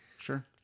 Sure